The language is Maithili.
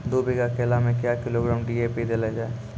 दू बीघा केला मैं क्या किलोग्राम डी.ए.पी देले जाय?